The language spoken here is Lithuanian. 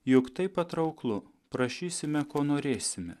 juk tai patrauklu prašysime ko norėsime